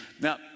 Now